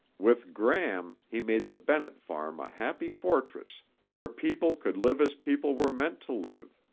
with gram, he made the bennett farm a happy fortress where people could live as people were meant to live.